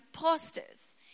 pastors